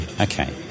okay